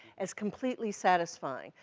as completely satisfying,